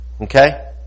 Okay